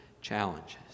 challenges